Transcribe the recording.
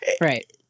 Right